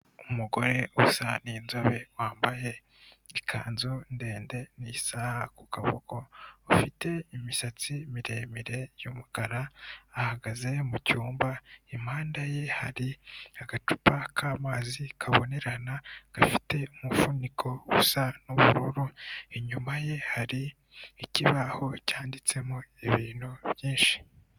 Umugore usa n'inzobe wambaye ikanzu ndende n'isaha ku kaboko ufite imisatsi miremire y'umukara ahagaze mu cyumba, impande ye hari agacupa k'amazi kabonerana gafite umufuniko usa n'ubururu inyuma ye hari ikibaho cyanditsemo ibintu byinshi.